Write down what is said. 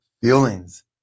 feelings